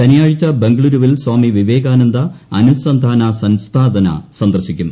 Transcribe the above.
ശനിയാഴ്ച ബംഗളൂരുവിൽ സ്വാമി വിവേകാനന്ദ അനുസന്ധാന സൻസ്ഥാന സന്ദർശിക്കും